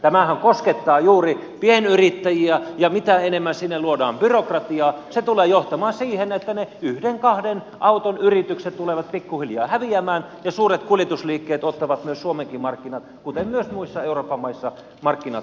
tämähän koskettaa juuri pienyrittäjiä ja mitä enemmän sinne luodaan byrokratiaa se tulee johtamaan siihen että ne yhden kahden auton yritykset tulevat pikkuhiljaa häviämään ja suuret kuljetusliikkeet ottavat suomenkin markkinat kuten myös muiden euroopan maiden markkinat haltuunsa